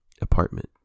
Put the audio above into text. apartment